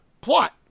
plot